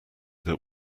that